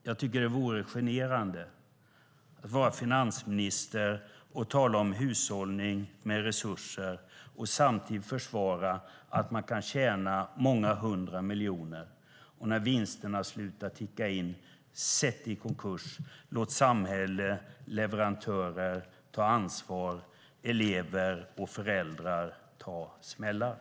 Jag tycker att det skulle vara generande att vara finansminister och tala om hushållning med resurser och samtidigt försvara att man kan tjäna många hundra miljoner. När vinsterna slutar ticka in sätter man verksamheten i konkurs och låter samhället och leverantörer ta ansvaret och föräldrarna ta smällarna.